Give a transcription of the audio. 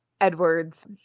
Edwards